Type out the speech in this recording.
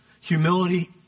Humility